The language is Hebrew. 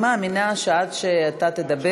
אני מאמינה שעד שאתה תדבר